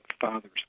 father's